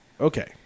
okay